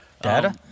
Data